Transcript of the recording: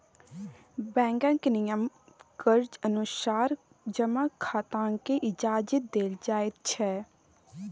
बैंकक नियम केर अनुसार जमा खाताकेँ इजाजति देल जाइत छै